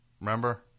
Remember